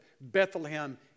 Bethlehem